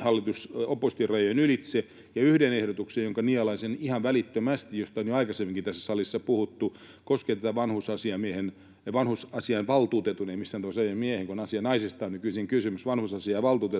hallitus—oppositio-rajojen ylitse. Yhden ehdotuksen nielaisen ihan välittömästi, josta on jo aikaisemminkin tässä salissa puhuttu, ja se koskee tätä vanhusasiamiehen — vanhusasiainvaltuutetun, ei missään tapauksessa ‑miehen, kun ‑asianaisesta on nykyisin kysymys